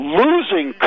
losing